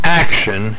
action